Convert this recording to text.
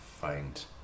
find